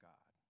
God